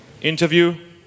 Interview